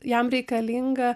jam reikalinga